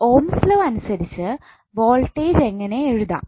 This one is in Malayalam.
ഓംസ്സ് ലോ അനുസരിച്ച് വോൾട്ടേജ് എങ്ങനെ എഴുതാം